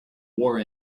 war